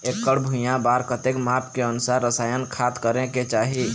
एकड़ भुइयां बार कतेक माप के अनुसार रसायन खाद करें के चाही?